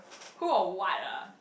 who or what ah